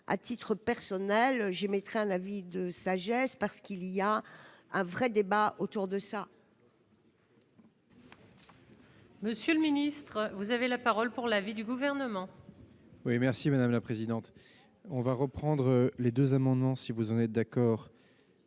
à titre personnel j'émettrai un avis de sagesse parce qu'il y a un vrai débat autour de ça. Monsieur le ministre, vous avez la parole pour la vie du gouvernement. Oui merci madame la présidente, on va reprendre les 2 amendements si vous en êtes d'accord.